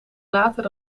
later